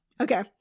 okay